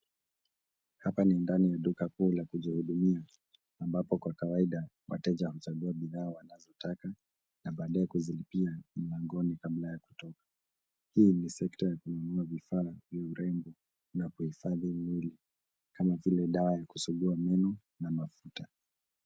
Hapa ni ndani ya duka kuu la kujihudumia ambalo kwa kawaida wateja huchagua bidhaa wanazotaka na baadaye kuzilipia mlangoni kabla ya kutoka. Hii ni sekta ya kununua bidhaa za urembo na vifaa vingine kama vile dawa ya kusugua meno na mafuta.